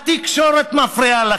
אתם, המפא"יניקים, מפריעים לנו.